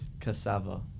cassava